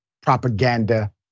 propaganda